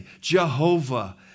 Jehovah